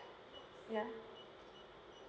ya